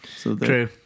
True